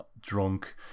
drunk